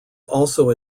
also